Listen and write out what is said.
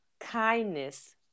kindness